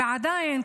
ועדיין,